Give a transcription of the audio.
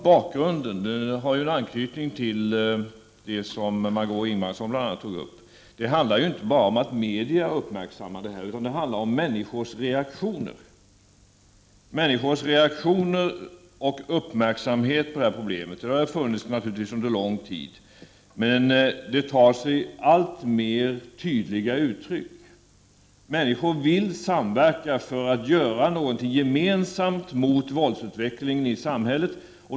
Bakgrunden har anknytning till det som bl.a. Margö Ingvardsson tog upp, nämligen att det inte bara handlar om att media uppmärksammar detta, utan det handlar om människors reaktioner och uppmärksamhet på detta problem. Dessa har naturligtvis funnits under lång tid, men de tar sig alltmer tydliga uttryck. Människor vill samverka för att gemensamt göra något mot våldsutvecklingen i samhället.